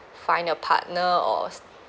find a partner or